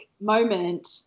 moment